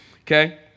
Okay